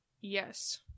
Yes